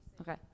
Okay